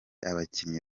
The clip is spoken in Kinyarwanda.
abakinnyi